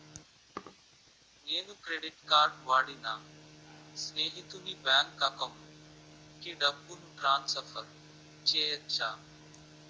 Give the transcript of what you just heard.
నేను credit card వాడి నా స్నేహితుని బ్యాంక్ అకౌంట్ కి డబ్బును ట్రాన్సఫర్ చేయచ్చా?